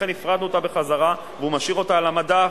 לכן הפרדנו אותה בחזרה, והוא משאיר אותה על המדף